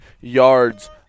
yards